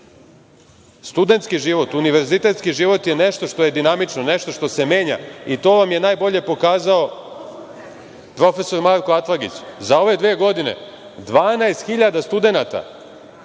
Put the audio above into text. Studenski život, univerzitetski život je nešto što je dinamično, nešto što se menja i to vam je najbolje pokazao profesor Marko Atlagić. Za ove dve godine 12.000 studenata,